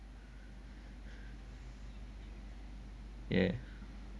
ya